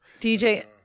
DJ